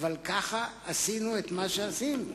אבל כך עשינו מה שעשינו.